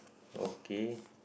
okay